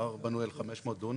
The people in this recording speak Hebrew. ההר בנוי על 500 דונם,